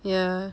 ya